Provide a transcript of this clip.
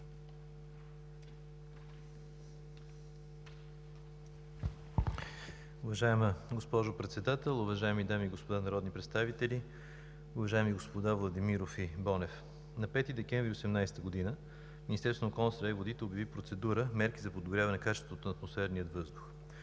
Уважаема госпожо Председател, уважаеми дами и господа народни представители, уважаеми господа Владимиров и Бонев! На 5 декември 2018 г. Министерството на околната среда и водите обяви процедура – „Мерки за подобряване на качеството на атмосферния въздух“.